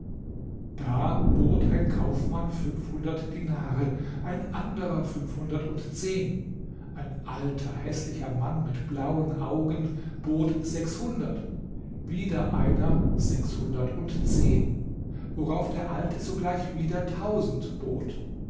da bot ein kaufmann fünfhundert dinare ein anderer fünfhundertundzehn ein alter häßlicher mann mit blauen augen bot sechshundert wieder einer sechshundertundzehn worauf der alte sogleich wieder tausend bot